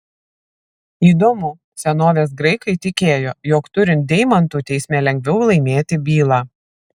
įdomu senovės graikai tikėjo jog turint deimantų teisme lengviau laimėti bylą